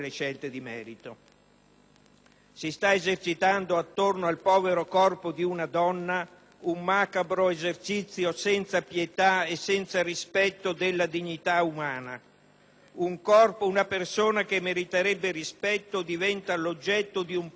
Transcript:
Si sta esercitando attorno al povero corpo di una donna un macabro esercizio senza pietà e senza rispetto della dignità umana. Un corpo, una persona che meriterebbe rispetto diventa l'oggetto di un puro gioco di potere.